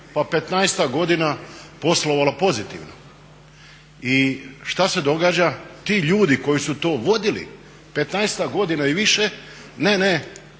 pa 15-ak godina poslovala pozitivno. I šta se događa, ti ljudi koji su to vodili 15-ak godina i više, ne, ne,